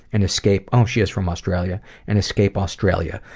and escape oh, she is from australia and escape australia.